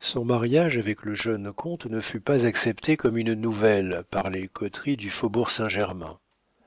son mariage avec le jeune comte ne fut pas accepté comme une nouvelle par les coteries du faubourg saint-germain